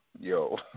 Yo